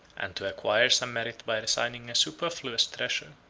and to acquire some merit by resigning a superfluous treasure,